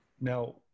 Now